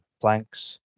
planks